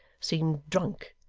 seemed drunk,